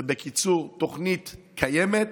ובקיצור, תוכנית קיימת.